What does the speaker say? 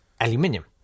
aluminium